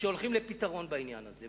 שהולכים לפתרון בעניין הזה.